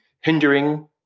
hindering